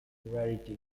rarity